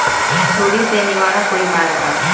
सुडी से निवारक कोई उपाय बताऊँ?